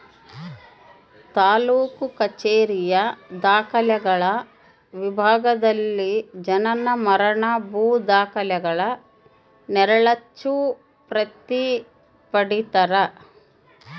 ತಾಲೂಕು ಕಛೇರಿಯ ದಾಖಲೆಗಳ ವಿಭಾಗದಲ್ಲಿ ಜನನ ಮರಣ ಭೂ ದಾಖಲೆಗಳ ನೆರಳಚ್ಚು ಪ್ರತಿ ಪಡೀತರ